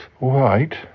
Right